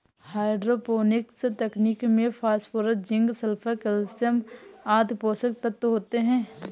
hydroponics तकनीक में phosphorus, zinc, sulphur, calcium आदि पोषक तत्व होते है